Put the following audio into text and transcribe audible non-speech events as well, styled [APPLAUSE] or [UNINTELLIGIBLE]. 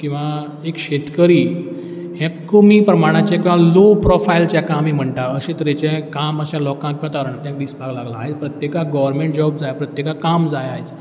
किंवां एक शेतकरी हें कमी प्रमाणाचें किंवां लो प्रॉफायल जेका आमी म्हणटा अशें तरेचें काम अशें लोकाक [UNINTELLIGIBLE] तें दिसपाक लागलां आयज प्रत्येकाक गॉवरमँट जॉब जाय प्रत्येकाक काम जाय आयज